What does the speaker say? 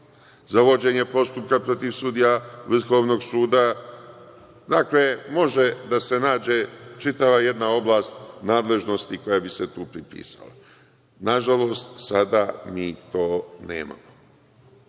za vođenje postupka protiv sudija Vrhovnog suda. Dakle, može da se nađe čitava jedna oblast nadležnosti koja bi se tu pripisala. Nažalost, sada mi to nemamo. Kakvo